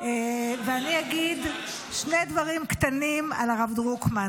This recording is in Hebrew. אני אגיד שני דברים קטנים על הרב דרוקמן.